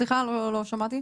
סליחה, לא שמעתי.